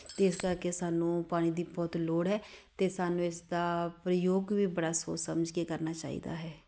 ਅਤੇ ਇਸ ਕਰਕੇ ਸਾਨੂੰ ਪਾਣੀ ਦੀ ਬਹੁਤ ਲੋੜ ਹੈ ਅਤੇ ਸਾਨੂੰ ਇਸਦਾ ਪ੍ਰਯੋਗ ਵੀ ਬੜਾ ਸੋਚ ਸਮਝ ਕੇ ਕਰਨਾ ਚਾਹੀਦਾ ਹੈ